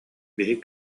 биһиги